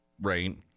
right